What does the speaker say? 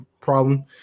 problem